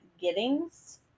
Giddings